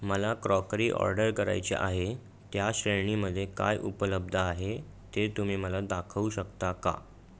मला crockery order करायची आहे त्या श्रेणीमध्ये काय उपलब्ध आहे ते तुम्ही मला दाखवू शकता का